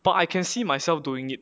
but I can see myself doing it